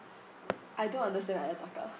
I don't understand ayataka